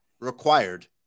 required